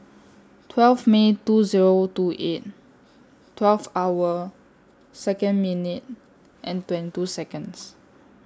twelve May two Zero two eight twelve hour Second minute and twenty two Seconds